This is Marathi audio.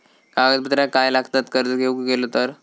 कागदपत्रा काय लागतत कर्ज घेऊक गेलो तर?